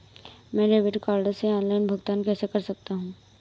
मैं debit card से online भुगतान कैसे कर सकता हूँ?